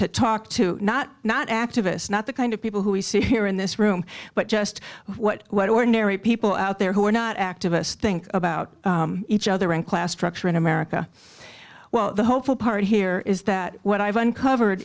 to talk to not not activists not the kind of people who we see here in this room but just what what ordinary people out there who are not activists think about each other and class structure in america well the hopeful part here is that what i've uncovered